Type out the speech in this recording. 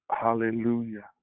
Hallelujah